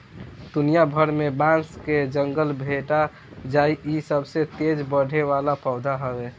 दुनिया भर में बांस के जंगल भेटा जाइ इ सबसे तेज बढ़े वाला पौधा हवे